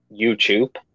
YouTube